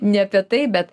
ne apie tai bet